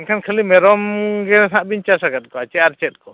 ᱮᱱᱠᱷᱟᱱ ᱠᱷᱟᱹᱞᱤ ᱢᱮᱨᱚᱢ ᱜᱮ ᱦᱟᱸᱜ ᱵᱤᱱ ᱪᱟᱥ ᱟᱠᱟᱫ ᱠᱚᱣᱟ ᱥᱮ ᱟᱨ ᱪᱮᱫ ᱠᱚ